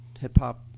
Hip-hop